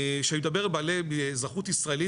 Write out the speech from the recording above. וכשאני מדבר על בעלי אזרחות ישראלית,